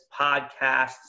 podcasts